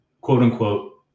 quote-unquote